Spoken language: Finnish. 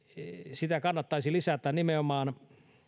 sitä kannattaisi lisätä nimenomaan